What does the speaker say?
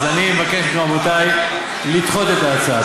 אז אני מבקש מרבותי לדחות את ההצעה.